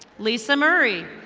lisa murray.